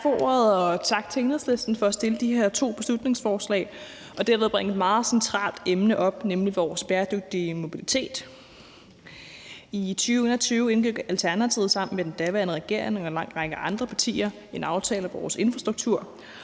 Tak for ordet, og tak til Enhedslisten for at fremsætte de her to beslutningsforslag og derved bringe et meget centralt emne op, nemlig vores bæredygtige mobilitet. I 2021 indgik Alternativet sammen med den daværende regering og en lang række andre partier en aftale om vores infrastruktur.